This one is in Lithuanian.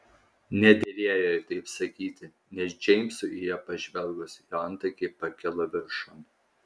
nederėjo jai taip sakyti nes džeimsui į ją pažvelgus jo antakiai pakilo viršun